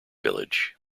village